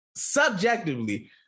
Subjectively